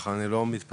ככה אני לא מתפתה.